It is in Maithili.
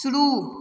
शुरू